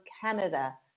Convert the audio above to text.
Canada